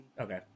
Okay